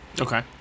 Okay